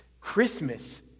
Christmas